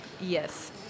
Yes